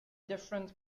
different